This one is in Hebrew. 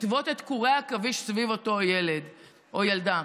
לטוות את קורי העכביש סביב אותו ילד או ילדה.